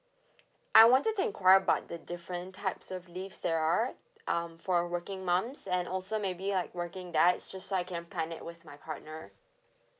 I wanted to enquire about the different types of leave there are um for working mums and also maybe like working dads just so I can plan it with my partner